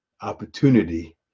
opportunity